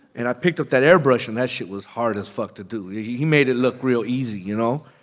and i picked up that airbrush, and that shit was hard as fuck to do. yeah he he made it look real easy, you know.